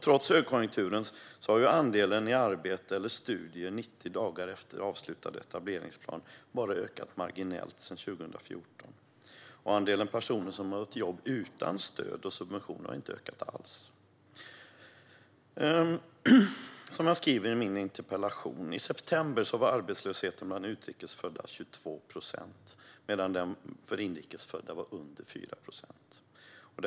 Trots högkonjunkturen har andelen människor som är i arbete eller studier 90 dagar efter avslutad etableringsplan bara ökat marginellt sedan 2014. Andelen personer som har fått jobb utan stöd och subventioner har inte ökat alls. Som jag skriver i min interpellation: I september var arbetslösheten bland utrikes födda 22 procent, medan den för inrikes födda var under 4 procent.